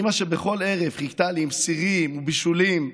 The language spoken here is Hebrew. אימא שבכל ערב חיכתה לי עם סירים, בישולים,